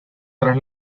tras